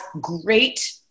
great